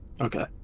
Okay